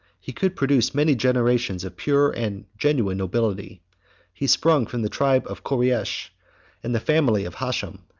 he could produce many generations of pure and genuine nobility he sprung from the tribe of koreish and the family of hashem,